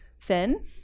thin